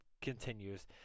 continues